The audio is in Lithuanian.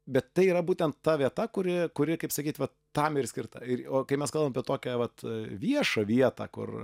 bet tai yra būtent ta vieta kuri kuri kaip sakyt vat tam ir skirta ir o kai mes kalbam apie tokią vat viešą vietą kur